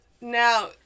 now